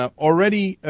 um already ah.